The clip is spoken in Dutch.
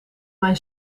mijn